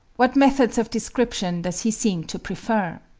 what methods of description does he seem to prefer?